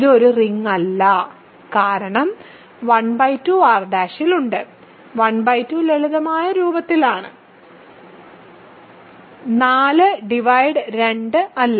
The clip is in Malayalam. ഇത് ഒരു റിംഗ് അല്ല കാരണം ½ R' ഇൽ ഉണ്ട് ½ ലളിതമായ രൂപത്തിലാണ് 4 ഡിവൈഡ് 2 അല്ല